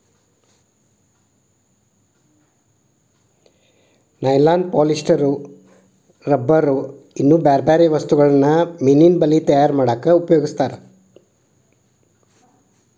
nylon polyester rubber ಇನ್ನೂ ಬ್ಯಾರ್ಬ್ಯಾರೇ ವಸ್ತುಗಳನ್ನ ಮೇನಿನ ಬಲೇ ತಯಾರ್ ಮಾಡಕ್ ಉಪಯೋಗಸ್ತಾರ